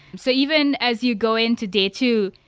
so even as you go into day two,